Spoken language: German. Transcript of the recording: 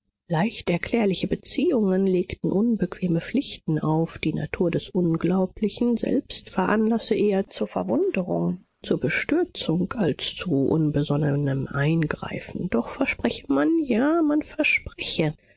leicht erklärliche beziehungen legten unbequeme pflichten auf die natur des unglaublichen selbst veranlasse eher zur verwunderung zur bestürzung als zu unbesonnenem eingreifen doch verspreche man ja man verspreche